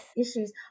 issues